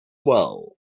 well